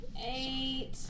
Eight